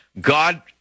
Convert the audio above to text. God